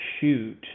shoot